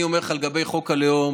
אני אומר לך לגבי חוק הלאום,